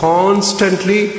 Constantly